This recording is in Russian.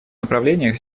направлениях